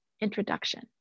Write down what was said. introduction